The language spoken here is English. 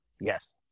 Yes